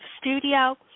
Studio